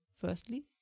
Firstly